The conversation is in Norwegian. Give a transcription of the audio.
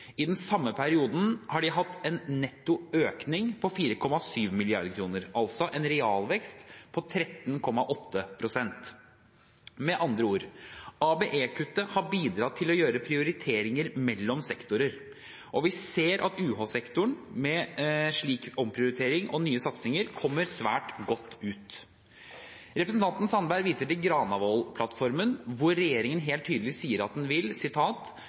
på 4,7 mrd. kr, altså en realvekst på 13,8 pst. Med andre ord: ABE-kuttet har bidratt til å gjøre prioriteringer mellom sektorer, og vi ser at UH-sektoren med en slik omprioritering og nye satsinger kommer svært godt ut. Representanten Sandberg viser til Granavolden-plattformen, hvor regjeringen helt tydelig sier at den vil